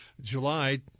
July